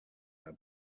our